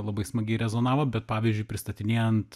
labai smagiai rezonavo bet pavyzdžiui pristatinėjant